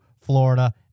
Florida